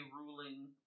ruling